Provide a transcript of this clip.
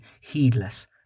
heedless